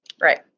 right